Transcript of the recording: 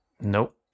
Nope